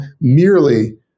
merely